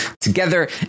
together